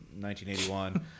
1981